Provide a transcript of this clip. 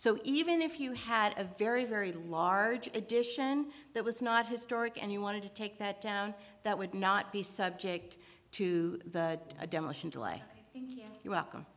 so even if you had a very very large addition that was not historic and you wanted to take that down that would not be subject to the demolition delay you welcome